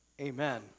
Amen